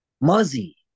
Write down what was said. Muzzy